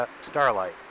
Starlight